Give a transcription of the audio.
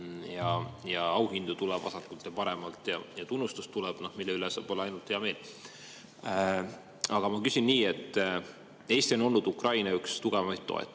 ja auhindu tuleb vasakult ja paremalt ja tunnustus tuleb, mille üle saab olla ainult hea meel. Aga ma küsin nii. Eesti on olnud üks tugevamaid